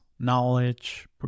knowledge